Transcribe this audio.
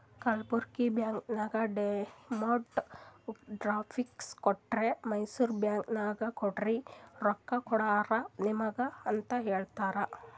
Kalburgi bank ನಾಗ್ demand draft ಕೊಟ್ಟಿ Mysore bank ನಾಗ್ ಕೊಡ್ರಿ ರೊಕ್ಕಾ ಕೊಡ್ತಾರ ನಿಮುಗ ಅಂತ್ ಹೇಳ್ಯಾರ್